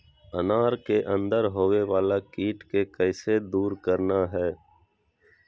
अनार के अंदर होवे वाला कीट के कैसे दूर करना है?